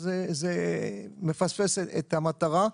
זה מפספס את המטרה.